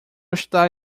está